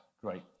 Great